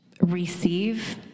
receive